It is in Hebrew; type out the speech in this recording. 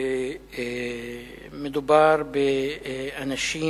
מדובר באנשים